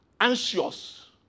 anxious